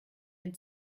den